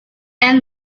and